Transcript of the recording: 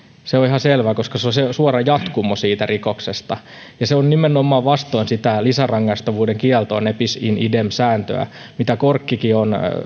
se on ihan selvä koska se on suora jatkumo siitä rikoksesta ja se on nimenomaan vastoin sitä lisärangaistavuuden kieltoa ne bis in idem sääntöä sitä mitä korkkikin